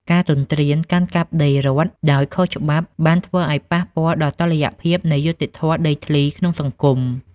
ការទន្ទ្រានកាន់កាប់ដីរដ្ឋដោយខុសច្បាប់ បានធ្វើឱ្យប៉ះពាល់ដល់តុល្យភាពនៃយុត្តិធម៌ដីធ្លីក្នុងសង្គម។